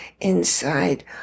inside